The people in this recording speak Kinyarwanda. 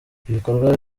ibikorwa